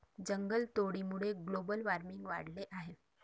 जंगलतोडीमुळे global warming वाढले आहे